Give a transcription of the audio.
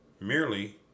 Merely